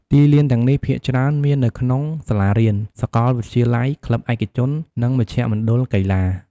ទីលានទាំងនេះភាគច្រើនមាននៅក្នុងសាលារៀន សាកលវិទ្យាល័យ ក្លឹបឯកជន និងមជ្ឈមណ្ឌលកីឡា។